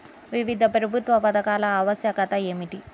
వివిధ ప్రభుత్వ పథకాల ఆవశ్యకత ఏమిటీ?